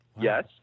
Yes